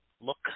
look